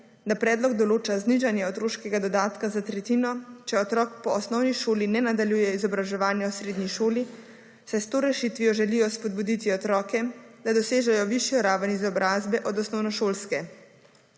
da predlog določa znižanje otroškega dodatka za tretjino, če otrok po osnovni šoli ne nadaljuje izobraževanje v srednji šoli, saj s to rešitvijo želijo spodbuditi otroke, da dosežejo višjo raven izobrazbe od osnovnošolske.